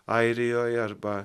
airijoje arba